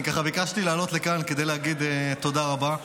ביקשתי לעלות לכאן כדי להגיד תודה רבה.